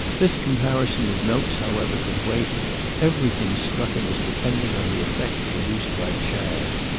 this comparison of notes however could wait everything struck him as depending on the effect produced by chad.